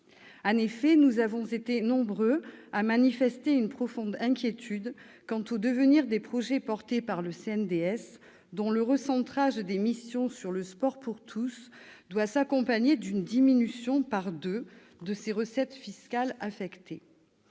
En effet, nous avons été nombreux à manifester une profonde inquiétude quant au devenir des projets portés par le CNDS, dont le recentrage des missions sur le sport pour tous doit s'accompagner d'une diminution par deux de ses recettes fiscales affectées.